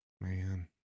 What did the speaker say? man